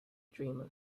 dreamer